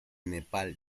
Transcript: nepal